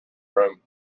room